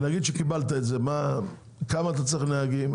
ונגיד שקיבלת את זה, כמה נהגים אתה צריך?